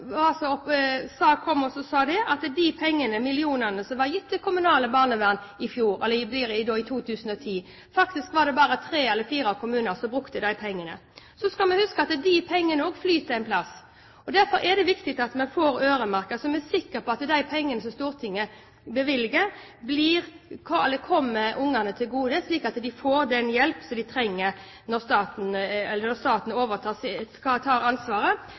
kom og sa at det faktisk bare var tre eller fire kommuner som brukte de millionene som var gitt til kommunalt barnevern i 2010, så skal vi huske at de pengene også flyter et sted. Derfor er det viktig at vi får øremerket, slik at vi er sikre på at de pengene som Stortinget bevilger, kommer barna til gode, slik at de får den hjelpen de trenger når staten